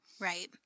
Right